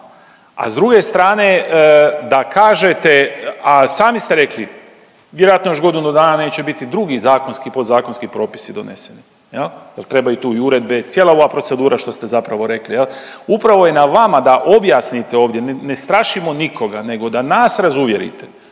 a s druge strane da kažete, a sami ste rekli, vjerojatno još godinu dana neće biti drugi zakonski i podzakonski propisi doneseni jel, jel trebaju tu i uredbe, cijela ova procedura što ste zapravo rekli jel. Upravo je na vama da objasnite ovdje, ne strašimo nikoga nego da nas razuvjerite